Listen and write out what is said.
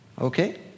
okay